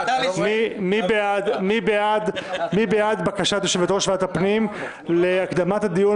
מי בעד בקשת יושבת-ראש ועדת הפנים להקדמת הדיון